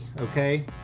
Okay